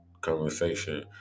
conversation